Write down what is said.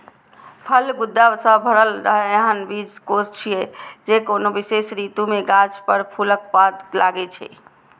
फल गूदा सं भरल एहन बीजकोष छियै, जे कोनो विशेष ऋतु मे गाछ पर फूलक बाद लागै छै